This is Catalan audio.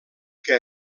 que